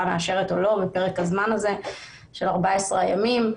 מאשרת או לא בפרק הזמן הזה של 14 הימים.